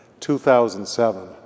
2007